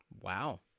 wow